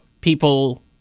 people